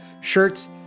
shirts